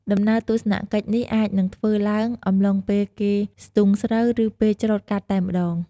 ដំណើរទស្សនកិច្ចនេះអាចនឹងធ្វើឡើងអំឡុងពេលគេស្ទូងស្រូវ ឬ ពេលច្រូតកាត់តែម្ដង។